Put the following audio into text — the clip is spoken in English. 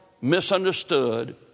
misunderstood